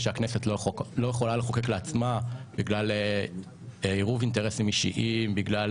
שהכנסת לא יכלה לחוקק לעצמה בגלל עירוב אינטרסים אישיים ובגלל